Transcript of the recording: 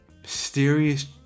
Mysterious